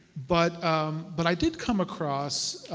but um but i did come across